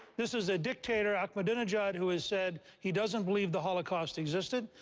this is a dictator, ahmadinejad, who has said he doesn't believe the holocaust existed.